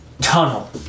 Tunnel